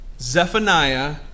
Zephaniah